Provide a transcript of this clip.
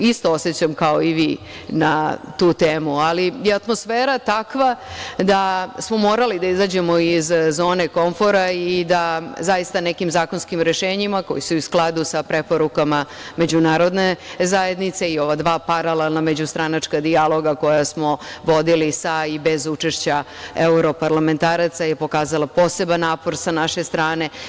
Isto osećam kao i vi na tu temu, ali je atmosfera takva da smo morali da izađemo iz zone konfora i da zaista nekim zakonskim rešenjima koja su i u skladu sa preporukama međunarodne zajednice i ova dva paralelna međustranačka dijaloga koja smo vodili sa i bez učešća evroparlamentaraca je pokazala poseban napor sa naše strane.